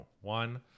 one